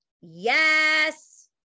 Yes